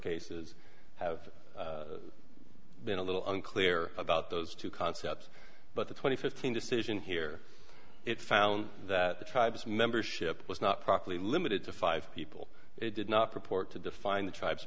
cases have been a little unclear about those two concepts but the twenty fifteen decision here it found that the tribes membership was not properly limited to five people it did not purport to define the tribes